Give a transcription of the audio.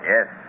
Yes